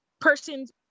Person's